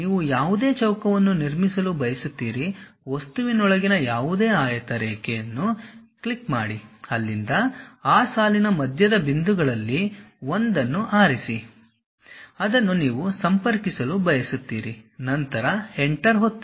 ನೀವು ಯಾವುದೇ ಚೌಕವನ್ನು ನಿರ್ಮಿಸಲು ಬಯಸುತ್ತೀರಿ ವಸ್ತುವಿನೊಳಗಿನ ಯಾವುದೇ ಆಯತ ರೇಖೆಯನ್ನು ಕ್ಲಿಕ್ ಮಾಡಿ ಅಲ್ಲಿಂದ ಆ ಸಾಲಿನ ಮಧ್ಯದ ಬಿಂದುಗಳಲ್ಲಿ ಒಂದನ್ನು ಆರಿಸಿ ಅದನ್ನು ನೀವು ಸಂಪರ್ಕಿಸಲು ಬಯಸುತ್ತೀರಿ ನಂತರ ಎಂಟರ್ ಒತ್ತಿರಿ